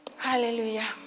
Hallelujah